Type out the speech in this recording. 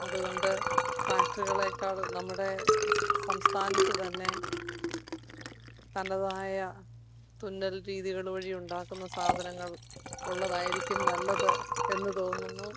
അതുകൊണ്ട് ഫാക്ടറികളേക്കാൾ നമ്മുടെ സംസ്ഥാനത്ത് തന്നെ തനതായ തുന്നൽ രീതികൾ വഴിയുണ്ടാക്കുന്ന സാധനങ്ങൾ ഉള്ളതായിരിക്കും നല്ലത് എന്ന് തോന്നുന്നു